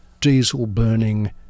diesel-burning